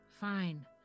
fine